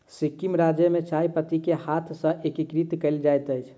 सिक्किम राज्य में चाय पत्ती के हाथ सॅ एकत्रित कयल जाइत अछि